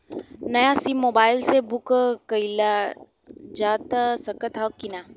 नया SIM mobile से book कइलजा सकत ह कि ना?